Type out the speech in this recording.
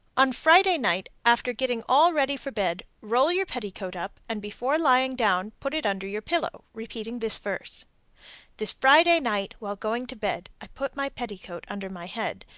on friday night after getting all ready for bed, roll your petticoat up, and before lying down put it under your pillow, repeating this verse this friday night while going to bed, i put my petticoat under my head,